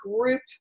group